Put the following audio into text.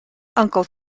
uncle